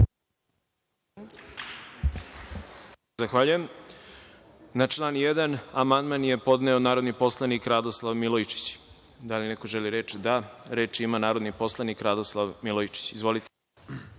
Zahvaljujem. Na član 1. amandman je podneo narodni poslanik Radoslav Milojičić. Da li neko želi reč? (Da)Reč ima narodni poslanik Radoslav Milojičić. Izvolite.